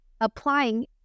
Applying